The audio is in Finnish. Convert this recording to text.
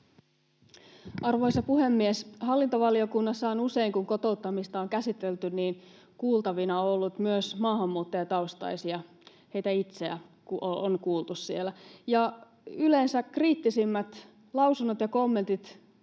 Arvoisa puhemies! Hallintovaliokunnassa on usein, kun kotouttamista on käsitelty, kuultavina ollut myös maahanmuuttajataustaisia — heitä itseään on kuultu siellä — ja yleensä kriittisimmät lausunnot ja kommentit